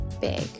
big